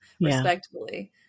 respectfully